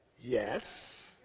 Yes